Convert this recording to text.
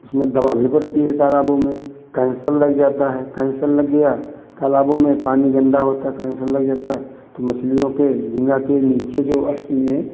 उसमें दवा भी पड़ती है तालाबों में कैंसर लग जाता है कैंसर लग गया तालाबों में पानी गंदा होता कैंसर लग जाता है तो मछलियों के झींगा के नीचे जो अस्थि में